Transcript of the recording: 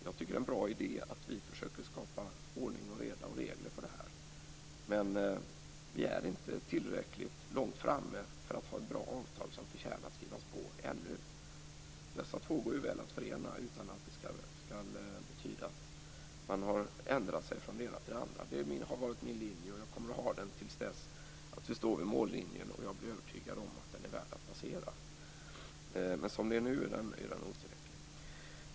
Jag tycker att det är en bra idé att försöka skapa ordning och reda och regler för det här. Men vi är ännu inte tillräckligt långt framme för att ha ett bra avtal som förtjänar att skrivas på. Dessa två ståndpunkter går bra att förena utan att det skall betyda att man har ändrat sig från den ena till den andra. Det har varit min linje, och den kommer jag att ha tills vi står vid mållinjen och jag blir övertygad om att den är värd att passera. Men som det är nu är avtalet otillräckligt.